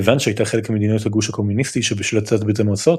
כיוון שהייתה חלק ממדינות הגוש הקומוניסטי שבשליטת ברית המועצות